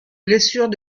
blessure